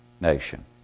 Nation